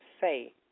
Say